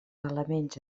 elements